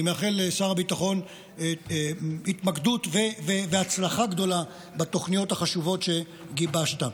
אני מאחל לשר הביטחון התמקדות והצלחה גדולה בתוכניות החשובות שגיבשת.